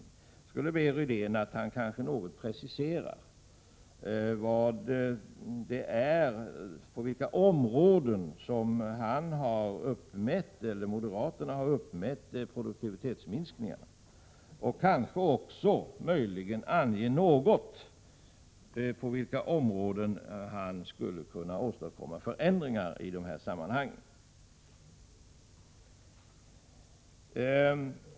Jag skulle vilja be Rune Rydén att något precisera på vilka områden moderaterna har uppmätt produktivitetsminskningar, och möjligen ange på vilka områden man skulle kunna åstadkomma förändringar.